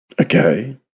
Okay